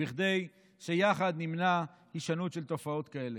כדי שיחד נמנע הישנות של תופעות כאלה.